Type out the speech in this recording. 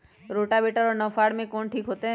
Rotavator और नौ फ़ार में कौन ठीक होतै?